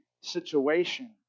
situation